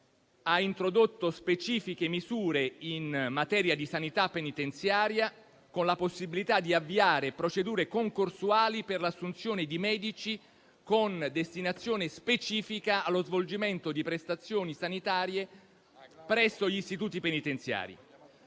ha introdotto specifiche misure in materia di sanità penitenziaria, con la possibilità di avviare procedure concorsuali per l'assunzione di medici, con destinazione specifica allo svolgimento di prestazioni sanitarie presso gli istituti penitenziari.